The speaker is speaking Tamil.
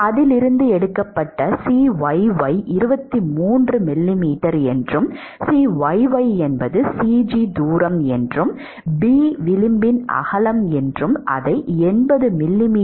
அதில் இருந்து எடுக்கப்பட்ட Cyy 23 புள்ளி 23 மில்லிமீட்டர் Cyy என்பது Cg தூரம் மற்றும் b விளிம்பின் அகலம் 80 மிமீ